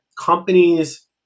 companies